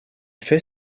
fait